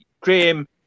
Graham